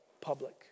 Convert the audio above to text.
public